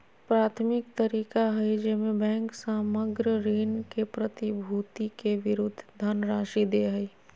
प्राथमिक तरीका हइ जेमे बैंक सामग्र ऋण के प्रतिभूति के विरुद्ध धनराशि दे हइ